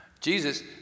Jesus